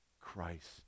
Christ